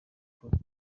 paul